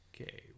Okay